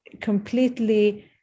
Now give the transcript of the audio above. completely